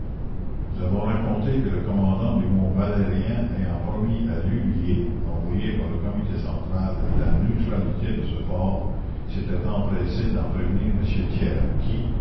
nous avons raconté que le commandant du mont valérien ayant promis à lullier envoyé par le comité central la neutralité de ce fort s'était empressé d'en prévenir m thiers qui